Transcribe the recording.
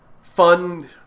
fun